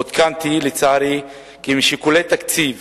עודכנתי, לצערי, כי משיקולי תקציב